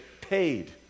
paid